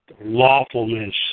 lawfulness